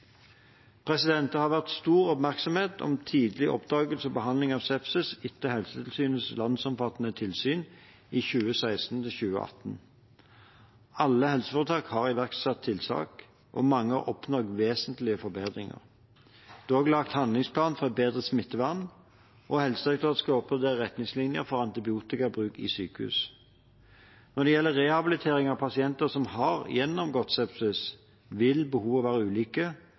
Det har vært stor oppmerksomhet om tidlig oppdagelse og behandling av sepsis etter Helsetilsynets landsomfattende tilsyn i 2016–2018. Alle helseforetak har iverksatt tiltak, og mange har oppnådd vesentlige forbedringer. Det er også laget handlingsplan for et bedre smittevern, og Helsedirektoratet skal oppdatere retningslinjer for antibiotikabruk i sykehus. Når det gjelder rehabilitering av pasienter som har gjennomgått sepsis, vil behovene være ulike,